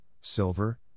silver